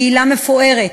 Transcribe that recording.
קהילה מפוארת,